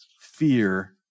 Fear